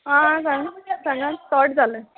आं सांगा सांगा कट जालें